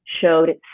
showed